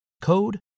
code